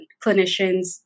clinicians